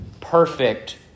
perfect